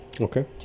Okay